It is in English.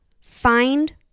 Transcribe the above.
find